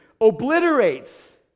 obliterates